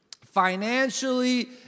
financially